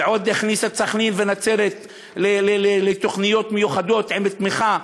ועוד הכניס את סח'נין ונצרת לתוכניות מיוחדות עם תמיכה,